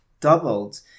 doubled